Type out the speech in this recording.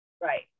Right